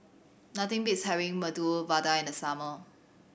nothing beats having Medu Vada in the summer